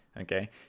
Okay